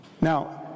Now